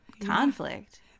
Conflict